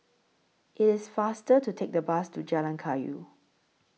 IT IS faster to Take The Bus to Jalan Kayu